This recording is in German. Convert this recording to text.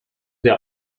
der